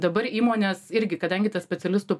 dabar įmonės irgi kadangi tas specialistų